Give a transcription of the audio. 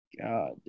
God